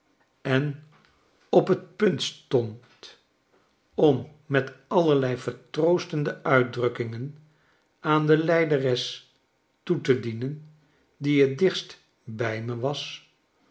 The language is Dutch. en op t punt stond om met allerlei vertroostende uitdrukkingen aan de lijderes toe te dienen die t dichtst bij me was